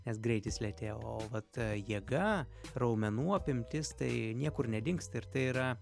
nes greitis lėtėja o vat jėga raumenų apimtis tai niekur nedingsta ir tai yra